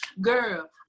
girl